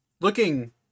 looking